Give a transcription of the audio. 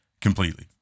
completely